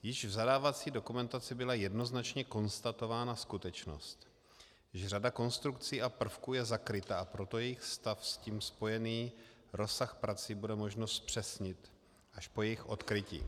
Již v zadávací dokumentaci byla jednoznačně konstatováno skutečnost, že řada konstrukcí a prvků je zakrytá, proto jejich stav a s tím spojený rozsah prací bude možno zpřesnit až po jejich odkrytí.